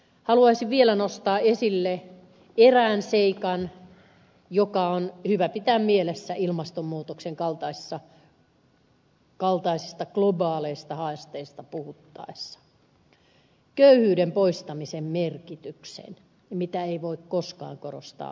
haluaisin vielä nostaa esille erään seikan joka on hyvä pitää mielessä ilmastonmuutoksen kaltaisista globaaleista haasteista puhuttaessa köyhyyden poistamisen merkityksen mitä ei voi koskaan korostaa liikaa